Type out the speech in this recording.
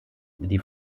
die